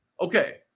Okay